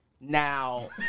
Now